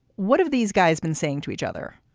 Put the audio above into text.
what have these guys been saying to each other?